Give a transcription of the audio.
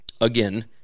Again